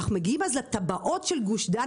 כשאנחנו מגיעים לטבעות של גוש דן,